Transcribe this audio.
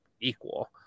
equal